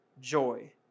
joy